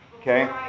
Okay